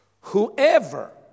Whoever